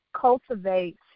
cultivate